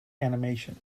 animation